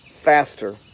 faster